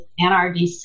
NRDC